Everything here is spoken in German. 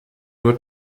nur